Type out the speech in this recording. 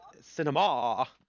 Cinema